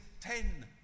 ten